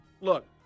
look